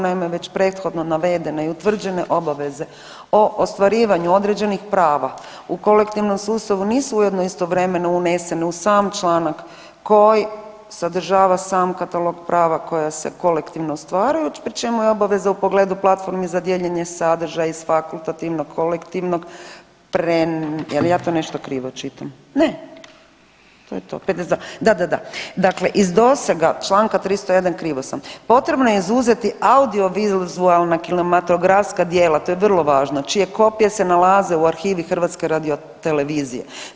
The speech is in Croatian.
Naime, već prethodno navedene i utvrđene obaveze o ostvarivanju određenih prava u kolektivnom sustavu nisu ujedno istovremeno unesene u sam članak koji sadržava sam katalog prava koja se kolektivno ostvaruju pri čemu je obaveza u pogledu platformi za dijeljenje sadržaja iz fakultativnog, kolektivnog, jel na to nešto krivo čitam, ne, to je to 52, da, da, da, dakle iz dosega Članka 301., krivo sam, potrebno je izuzeti audiovizualna kinematografska djela to je vrlo važno čije kopije se nalaze u arhivi HRT-a.